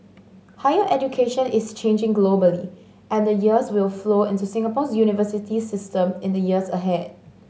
higher education is changing globally and the changes will flow into Singapore's university system in the years ahead